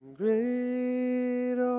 great